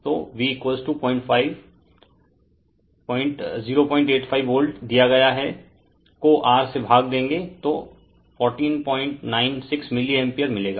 तो I0VR हैं तो V085 वोल्ट दिया गया हैं को R से भाग देंगे तो 1496 मिली एम्पेयर मिलेगा